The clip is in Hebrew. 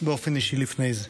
באופן אישי לפני זה.